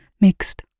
mixed